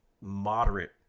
moderate